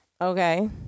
Okay